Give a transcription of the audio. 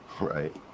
Right